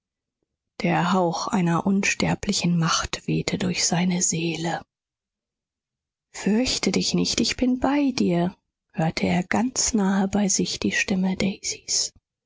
der hauch einer unsterblichen macht wehte durch seine seele fürchte dich nicht ich bin bei dir hörte er ganz nahe bei sich die stimme daisys